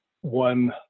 one